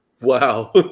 Wow